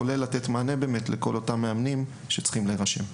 כולל מתן מענה לכל אותם מאמנים שצריכים להירשם.